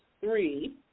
three